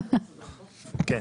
כן,